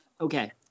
Okay